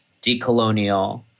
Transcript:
decolonial